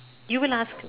you will ask